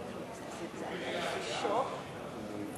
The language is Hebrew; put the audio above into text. התשע"ב 2012,